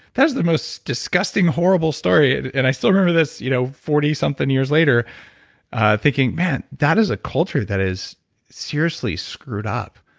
that was the most disgusting, horrible story. and and i still remember this you know forty something years later thinking, man, that is a culture that is seriously screwed up.